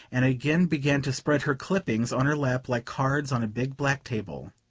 and again began to spread her clippings on her lap like cards on a big black table.